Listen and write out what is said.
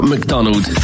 McDonald